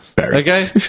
Okay